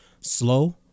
slow